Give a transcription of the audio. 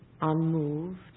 Unmoved